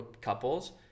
couples